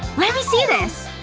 lemme see this.